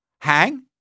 hang